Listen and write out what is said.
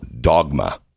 dogma